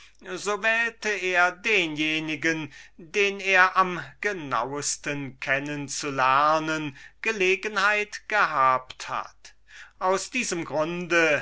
wählte er denjenigen den er am genauesten kennen zu lernen gelegenheit gehabt hat aus diesem grunde